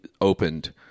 opened